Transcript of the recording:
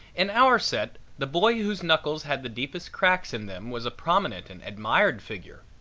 in our set the boy whose knuckles had the deepest cracks in them was a prominent and admired figure,